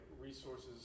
resources